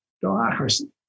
democracy